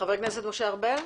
חבר הכנסת משה ארבל.